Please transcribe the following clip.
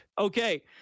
Okay